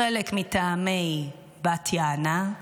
חלק מטעמי בת יענה,